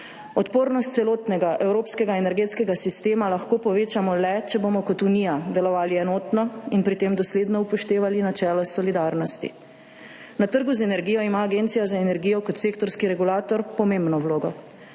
Odpornost celotnega evropskega energetskega sistema lahko povečamo le, če bomo kot Unija delovali enotno in pri tem dosledno upoštevali načelo solidarnosti. Na trgu z energijo ima Agencija za energijo kot sektorski regulator pomembno vlogo.